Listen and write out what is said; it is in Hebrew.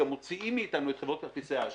מוציאים מאתנו את חברות כרטיסי האשראי,